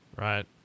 Right